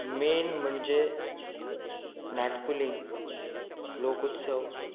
main म्हणजे नाटकुली लोकोत्सव